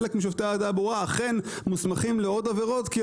חלק משופטי התעבורה אכן מוסמכים לעוד עבירות כי,